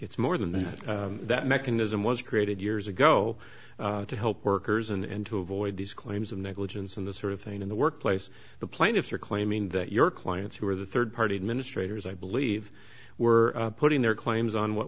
it's more than that that mechanism was created years ago to help workers and to avoid these claims of negligence and this sort of thing in the workplace the plaintiffs are claiming that your clients who are the third party administrators i believe were putting their claims on what